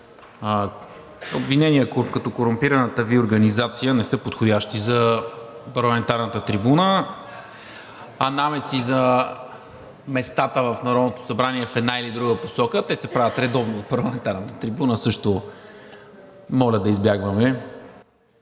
обвинения като „корумпираната Ви организация“, не са подходящи за парламентарната трибуна. А намеци за местата в Народното събрание в една или друга посока, те се правят редовно от парламентарната трибуна, също моля да избягваме.